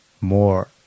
more